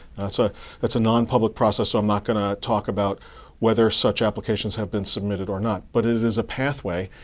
that's ah that's a non-public process. so i'm not going to talk about whether such applications have been submitted or not. but it is a pathway.